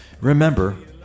Remember